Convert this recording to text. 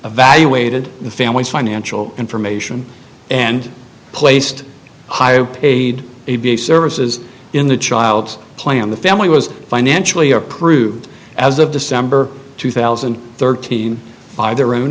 evaluated the family's financial information and placed higher paid a b a services in the child's plan the family was financially approved as of december two thousand and thirteen by their own